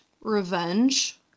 revenge